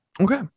okay